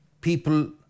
people